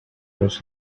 was